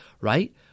right